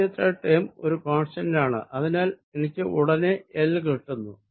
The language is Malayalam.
ആദ്യത്തെ ടേം ഒരു കോൺസ്റ്റന്റ് ആണ് അതിനാൽ ഉടനെ എനിക്ക് L കിട്ടുന്നു